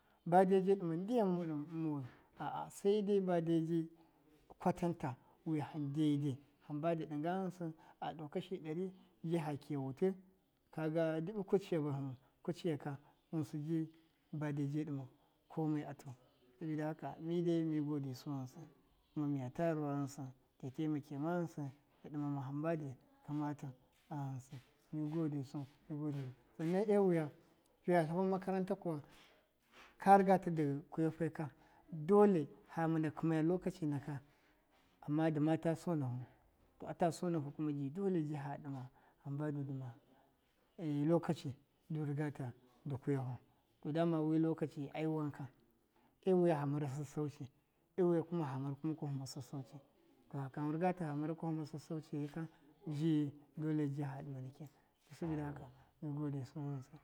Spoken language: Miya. Badeji ɗɨma ndyam a a sede badeji kwa tanta dede hamba dɨ ɗɨnga ghɨnsɨ a kashi ɗari ji fa kiya kasha wutɨ kaga diɓi kuciya bahim kuciya ka ghɨnsɨ ji bade ji ɗɨmau kome atu, sabida haka midai mi godesu ghɨnsɨ kuma miyata rawa ghɨnsɨ ta tema kema ghɨnsɨ dɨ ɗɨmama hamba dɨ kamatau a ghɨnsɨ, mi godesu, mu gode, sannan e wuya fɨya tlafu makaranta kuwa ka rɨgata dɨ kuyafe ka dole fa mina kimaya lokaci maka ama dima ta sonatu to ata so mafu ji dole ji fa dimau hamba du dima lokaci du rigata di kuyafu, to dama wi lokaci ai wanka ewuya fa mara sassauci ewuya ka kuma fa mara kuwa kwahiya sassauci, to fa kwa rigata fa mara kwahiya sassauciye ka di dole ji fa ɗima nikin, saboda haka mi godesu ghinsi.